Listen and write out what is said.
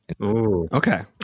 Okay